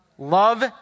Love